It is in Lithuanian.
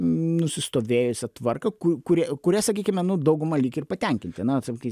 nusistovėjusią tvarką kur kuria sakykim nu dauguma lyg ir patenkinti na sakysim